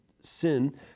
sin